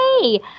hey